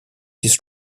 this